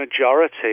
majority